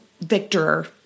Victor